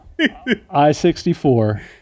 I-64